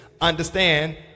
understand